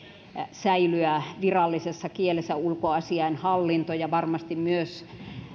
säilyä virallisessa kielessä ulkoasiainhallinto ja varmasti myös